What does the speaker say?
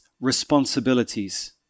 responsibilities